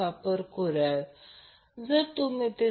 6 volt ampere load असेल